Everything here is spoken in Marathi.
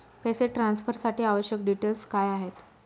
पैसे ट्रान्सफरसाठी आवश्यक डिटेल्स काय आहेत?